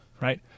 right